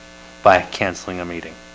by canceling a meeting